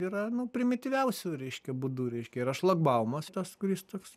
yra nu primityviausiu reiškia būdu reiškia yra šlagbaumas tas kuris toks